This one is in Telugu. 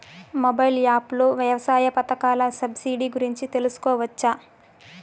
మొబైల్ యాప్ లో వ్యవసాయ పథకాల సబ్సిడి గురించి తెలుసుకోవచ్చా?